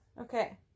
Okay